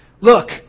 look